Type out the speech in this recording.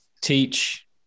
teach